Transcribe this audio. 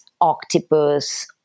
octopus